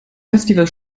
festival